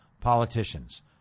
politicians